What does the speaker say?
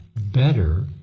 better